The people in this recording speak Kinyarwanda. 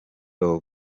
you